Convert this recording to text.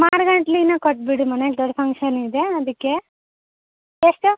ಮಾರು ಗಂಟಲಿನ ಕೊಟ್ಬಿಡಿ ಮನ್ಯಾಗ ದೊಡ್ಡ ಫಂಕ್ಷನಿದೆ ಅದಕ್ಕೆ ಎಷ್ಟು